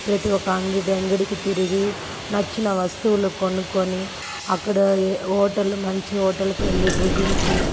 ప్రతి ఒక్క అంగడి అంగడికి తిరిగి నచ్చిన వస్తువులు కొనుక్కొని అక్కడ యే హోటలు మంచి హోటలకు వెళ్ళి భుజించి